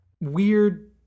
weird